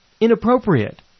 inappropriate